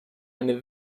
eine